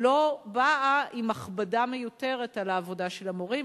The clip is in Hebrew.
לא באה עם הכבדה מיותרת על העבודה של המורים,